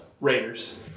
Raiders